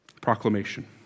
proclamation